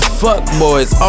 fuckboys